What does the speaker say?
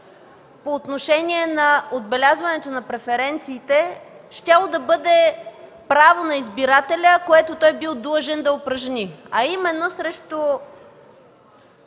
по отношение на отбелязването на преференциите щяло да бъде право на избирателя, което той бил длъжен да упражни. А именно срещу